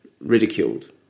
ridiculed